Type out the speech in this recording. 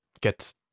get